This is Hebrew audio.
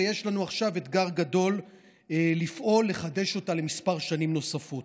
ויש לנו עכשיו אתגר גדול לפעול לחדש אותה לכמה שנים נוספות,